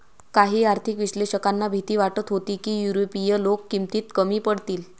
काही आर्थिक विश्लेषकांना भीती वाटत होती की युरोपीय लोक किमतीत कमी पडतील